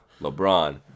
lebron